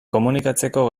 komunikatzeko